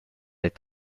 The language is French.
est